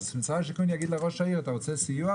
משרד הבינוי והשיכון יגיד לראש העיר: אתה רוצה סיוע?